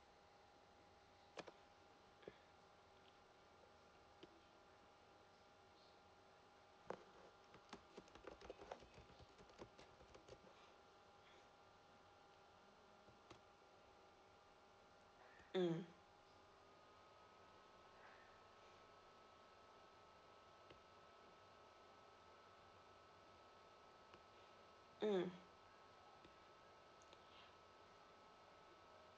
mm mm